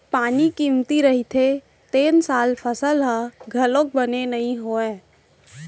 पानी कमती रहिथे तेन साल फसल ह घलोक बने नइ होवय